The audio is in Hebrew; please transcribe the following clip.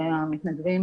והמתנדבים